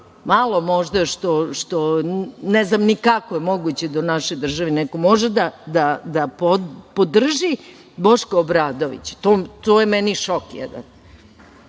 malo možda što… Ne znam ni kako je moguće da u našoj državi neko može da podrži Boška Obradovića. To je meni šok, jedan